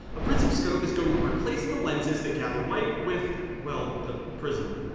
a prism scope is going to replace the lenses that gather light with well ah prism.